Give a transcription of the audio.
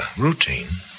Routine